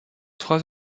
trois